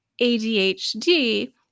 ADHD